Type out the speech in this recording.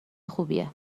خوبیه